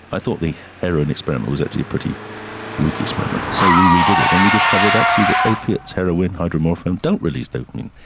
i thought the heroin experiment was actually a pretty weak experiment so we redid it, and we discovered actually that opiates, heroine, hydromorphone don't release dopamine.